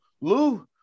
Lou